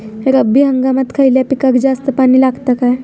रब्बी हंगामात खयल्या पिकाक जास्त पाणी लागता काय?